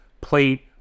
plate